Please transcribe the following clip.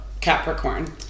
Capricorn